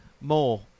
more